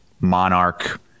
monarch